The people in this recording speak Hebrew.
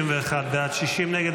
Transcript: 51 בעד, 60 נגד.